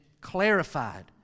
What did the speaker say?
clarified